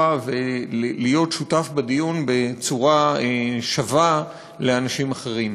ולהיות שותף בדיון בצורה שווה לאנשים אחרים.